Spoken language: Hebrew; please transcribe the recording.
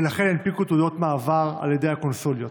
ולכן הנפיקו תעודות מעבר על ידי הקונסוליות.